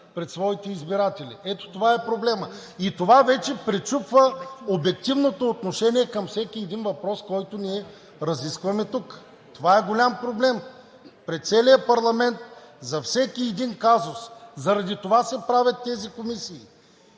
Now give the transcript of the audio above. пред своите избиратели. Ето това е проблемът. И това вече пречупва обективното отношение към всеки един въпрос, който ние разискваме тук. Това е голям проблем пред целия парламент за всеки един казус! Заради това се правят тези комисии.